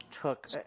took